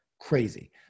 Crazy